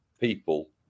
people